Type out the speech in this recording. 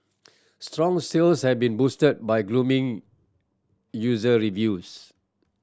strong sales have been boosted by user reviews